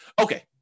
Okay